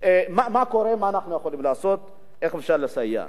מה קורה, מה אנחנו יכולים לעשות, איך אפשר לסייע.